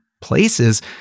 places